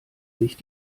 sich